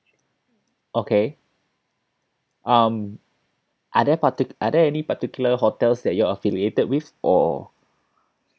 okay um are there parti~ are there any particular hotels that you're affiliated with or